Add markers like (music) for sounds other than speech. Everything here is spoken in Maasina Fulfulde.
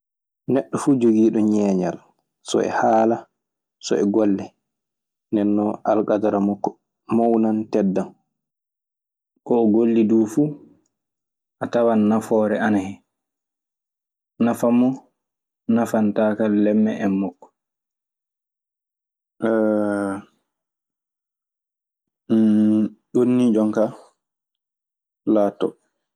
Neɗo fu jogiɗo ŋeŋal so e yala, so e golle ndenon alkadara mako mawna tedam. Ko ol golli duu fuu, a tawan nafoore ana hen. Nafanmo, nafan taakallemme en makko. (hesitation) ɗum ni jooni ka laatoto.